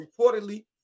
reportedly